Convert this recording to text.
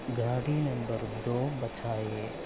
घाडी number दो बछाये